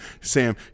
Sam